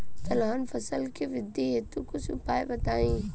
तिलहन फसल के वृद्धि हेतु कुछ उपाय बताई?